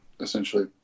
essentially